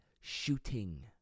shooting